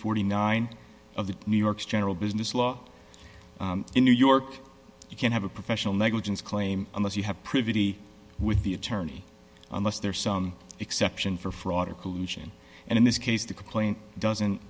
forty nine of the new york's general business law in new york you can have a professional negligence claim unless you have privity with the attorney unless there is some exception for fraud or collusion and in this case the complaint doesn't